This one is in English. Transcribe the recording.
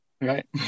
right